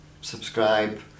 subscribe